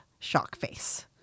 Shockface